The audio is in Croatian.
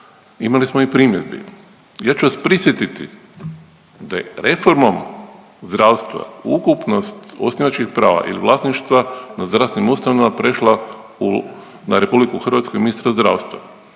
imali smo i primjedbi. Ja ću vas prisjetiti da je reformom zdravstva ukupnost osnivačkih prava ili vlasništva na zdravstvenim ustanovama prešla na RH i ministra zdravstva.